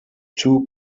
two